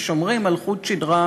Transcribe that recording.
ושומרים על חוט שדרה